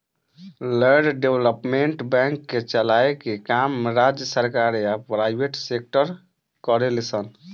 land development bank के चलाए के काम राज्य सरकार या प्राइवेट सेक्टर करेले सन